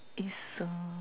is uh